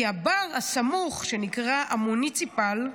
כי הבר הסמוך, שנקרא המוניציפל,